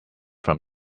from